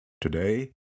Today